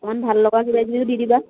অকণমান ভাল লগা কিবাকিবিও দি দিবা